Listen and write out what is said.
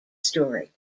story